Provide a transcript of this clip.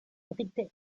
dritte